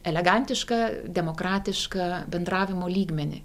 elegantišką demokratišką bendravimo lygmenį